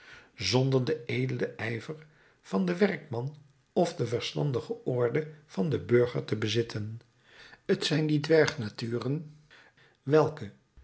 zonder den edelen ijver van den werkman of de verstandige orde van den burger te bezitten t zijn die dwergnaturen welke